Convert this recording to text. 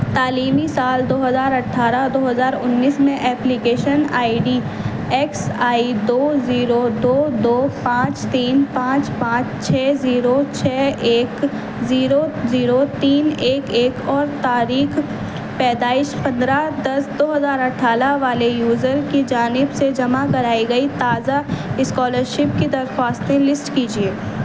تعلیمی سال دو ہزار اٹھارہ دو ہزار انیس میں application I D X I دو زیرو دو دو پانچ تین پانچ پانچ چھ زیرو چھ ایک زیرو زیرو تین ایک ایک اور تاریخ پیدائش پندرہ دس دو ہزار اٹھالہ والے یوزر کی جانب سے جمع کرائی گئی تازہ اسکالرشپ کی درخواستیں لسٹ کیجیے